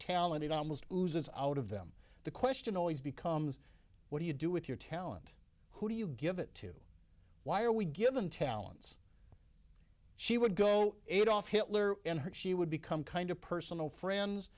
talent it almost loses out of them the question always becomes what do you do with your talent who do you give it to why are we given talents she would go adolf hitler and her she would become kind of personal